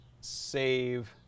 save